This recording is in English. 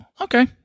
okay